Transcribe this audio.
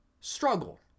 struggle